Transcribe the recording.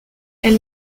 elle